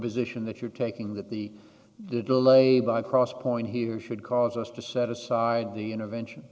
position that you're taking that the delay by cross point here should cause us to set aside the intervention